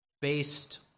based